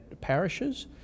parishes